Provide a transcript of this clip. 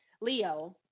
leo